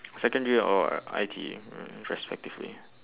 secondary or I_T_E re~ respectively